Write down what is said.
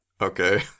Okay